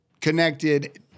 connected